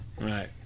Right